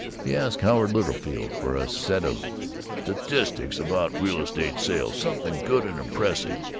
he asked howard littlefield for a set of statistics about real-estate sales something good and impressive,